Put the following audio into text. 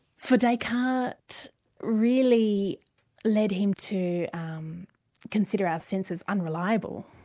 for descartes really led him to um consider our senses unreliable,